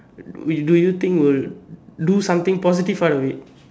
mean do you think will do something positive out of it